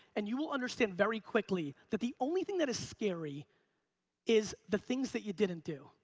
and you will understand very quickly that the only thing that is scary is the things that you didn't do,